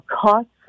Costs